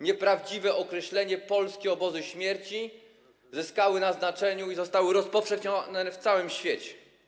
Nieprawdziwe określenie „polskie obozy śmierci” zyskało na znaczeniu i zostało rozpowszechnione w całym świecie.